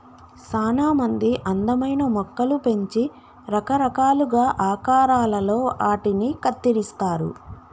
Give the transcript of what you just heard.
సానా మంది అందమైన మొక్కలు పెంచి రకరకాలుగా ఆకారాలలో ఆటిని కత్తిరిస్తారు